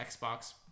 Xbox